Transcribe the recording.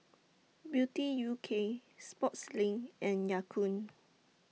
Beauty U K Sportslink and Ya Kun